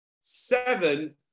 Seven